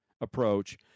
approach